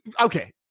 okay